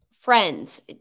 friends